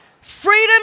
Freedom